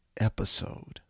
episode